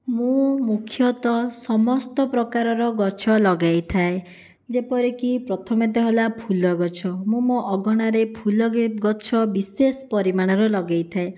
ମୁଁ ମୁଖ୍ୟତଃ ସମସ୍ତ ପ୍ରକାରର ଗଛ ଲଗାଇଥାଏ ଯେପରିକି ପ୍ରଥମେ ତ ହେଲା ଫୁଲ ଗଛ ମୁଁ ମୋ ଅଗଣାରେ ଫୁଲ ଗେଗଛ ବିଶେଷ ପରିମାଣର ଲଗାଇଥାଏ